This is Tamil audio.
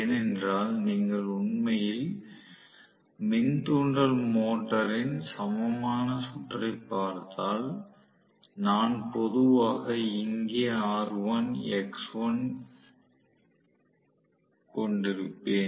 ஏனென்றால் நீங்கள் உண்மையில் மின் தூண்டல் மோட்டரின் சமமான சுற்றை பார்த்தால் நான் பொதுவாக இங்கே R1 X1 இங்கே கொண்டிருப்பேன்